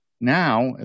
Now